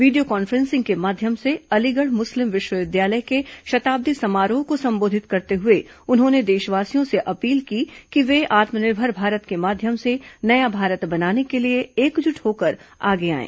video conferencing के माध्यम से अलीगढ़ मुस्लिम विश्वविद्यालय के शताब्दी समारोह को संबोधित करते हुए उन्होंने देशवासियों से अपील की कि वे आत्मनिर्भर भारत के माध्यम से नया भारत बनाने के लिए एकजुट होकर आगे आयें